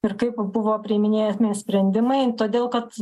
ir kaip buvo priiminėjami sprendimai todėl kad